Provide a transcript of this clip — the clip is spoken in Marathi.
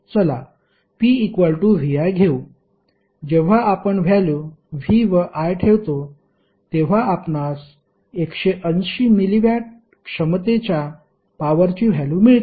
चला p vi घेऊ जेव्हा आपण व्हॅल्यू v व i ठेवतो तेव्हा आपणास 180 मिलिवॅट क्षमतेच्या पॉवरची व्हॅल्यु मिळते